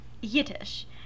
Yiddish